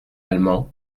allemand